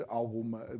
alguma